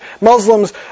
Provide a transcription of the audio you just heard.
Muslims